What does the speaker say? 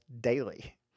daily